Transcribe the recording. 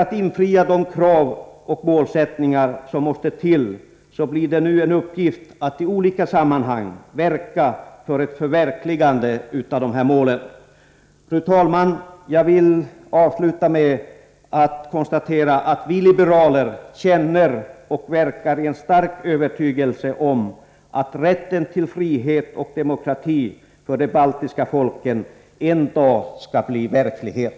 Uppgiften blir nu att i olika sammanhang arbeta för ett förverkligande av de uppsatta målen. Fru talman! Jag vill avsluta med att konstatera att vi liberaler känner den fasta övertygelsen och vill verka för att rätten till frihet och demokrati för de baltiska folken en dag skall bli verklighet.